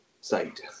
site